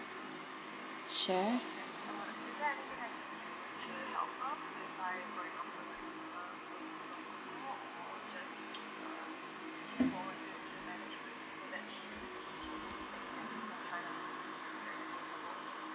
share